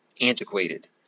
antiquated